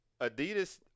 Adidas